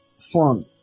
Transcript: phone